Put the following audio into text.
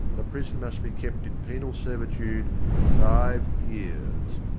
the prisoner must be kept in penal servitude for five years.